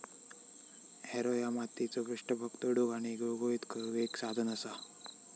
Harrow ह्या मातीचो पृष्ठभाग तोडुक आणि गुळगुळीत करुक एक साधन असा